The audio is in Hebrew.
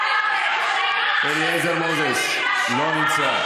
אליעזר מוזס, לא נמצא.